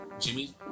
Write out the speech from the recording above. Jimmy